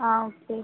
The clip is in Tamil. ஆ ஓகே